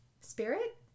spirit